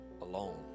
alone